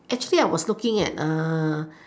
actually I was looking at